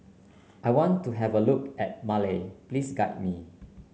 I want to have a look at Male please guide me